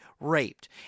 raped